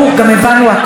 גם הבנו הכול.